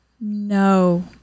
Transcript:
No